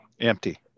Empty